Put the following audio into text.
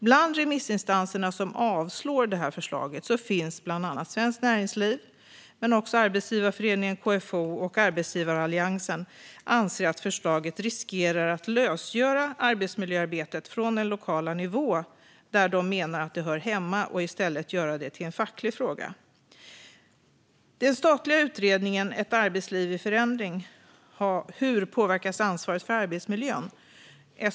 Bland remissinstanserna som avslår dessa detta förslag finns bland annat Svenskt Näringsliv men också Arbetsgivarföreningen KFO och Arbetsgivaralliansen. De anser att förslaget riskerar att lösgöra arbetsmiljöarbetet från den lokala nivå där de menar att det hör hemma och i stället göra det till en facklig fråga. Den statliga utredningen Ett arbetsliv i förändring - hur påverkas ansvaret för arbetsmiljön?